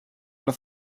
alla